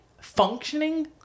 functioning